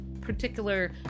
particular